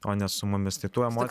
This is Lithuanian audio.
o ne su mumis tai tų emoc